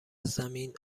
زمین